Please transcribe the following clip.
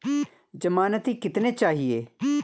ज़मानती कितने चाहिये?